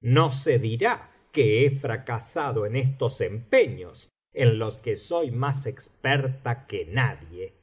no se dirá que he fracasado en estos empeños en los que soy más experta que nadie